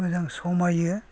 मोजां समायो